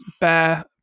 bare